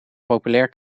populair